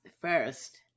first